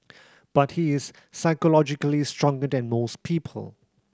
but he is psychologically stronger than most people